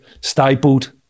stapled